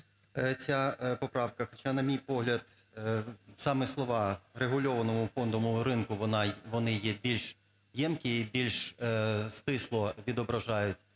ця поправка. Хоча, на мій погляд, саме слова "регульованому фондовому ринку" вони є більш ємкі і більш стисло відображають